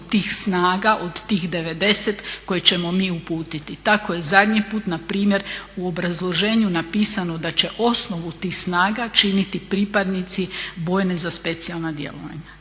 tih snaga od tih 90 koje ćemo mi uputiti. Tako je zadnji put npr. u obrazloženju napisano da će osnovu tih snaga činiti pripadnici Bojne za specijalna djelovanja.